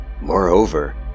Moreover